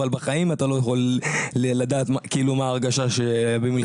אבל בחיים אתה לא יכול לדעת מה ההרגשה במלחמה.